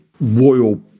royal